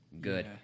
good